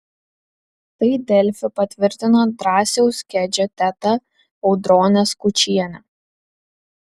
tai delfi patvirtino drąsiaus kedžio teta audronė skučienė